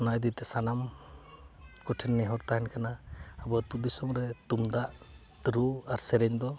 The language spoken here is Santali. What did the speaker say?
ᱚᱱᱟ ᱤᱫᱤᱛᱮ ᱥᱟᱱᱟᱢ ᱠᱚᱴᱷᱮᱱ ᱱᱮᱦᱚᱨ ᱛᱟᱦᱮᱱ ᱠᱟᱱᱟ ᱟᱵᱚ ᱟᱛᱳ ᱫᱤᱥᱚᱢ ᱨᱮ ᱛᱩᱢᱫᱟᱜ ᱨᱩ ᱟᱨ ᱥᱮᱨᱮᱧ ᱫᱚ